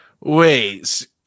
Wait